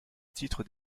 titre